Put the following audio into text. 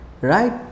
right